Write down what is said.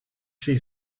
she